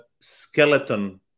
skeleton